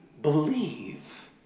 believe